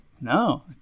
No